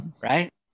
right